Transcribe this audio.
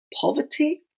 poverty